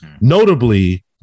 Notably